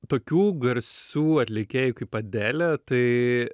tokių garsių atlikėjų kaip adelė tai